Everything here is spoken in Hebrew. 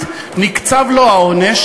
זו לא כוונת החוק,